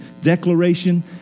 declaration